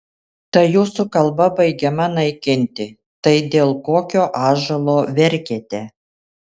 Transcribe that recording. tai jūsų kalba baigiama naikinti tai dėl kokio ąžuolo verkiate